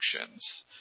actions